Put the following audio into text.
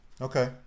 Okay